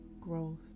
growth